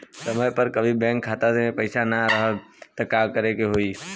समय पर कभी बैंक खाता मे पईसा ना रहल त का होई?